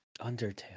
Undertale